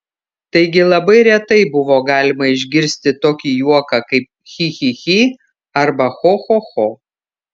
taigi labai retai buvo galima išgirsti tokį juoką kaip chi chi chi arba cho cho cho